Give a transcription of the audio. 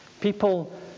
people